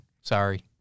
sorry